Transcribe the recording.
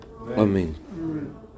Amen